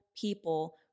people